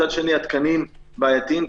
מצד שני התקנים בעייתיים,